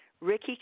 Ricky